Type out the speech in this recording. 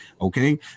Okay